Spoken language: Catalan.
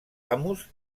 amos